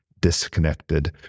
disconnected